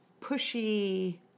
pushy